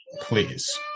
please